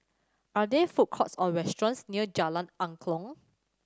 are there food courts or restaurants near Jalan Angklong